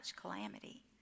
calamity